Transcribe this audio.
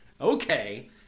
okay